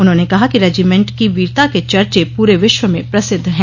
उन्होंने कहा कि रेजीमेंट की वीरता के चर्चा पूरे विश्व में प्रसिद्ध हैं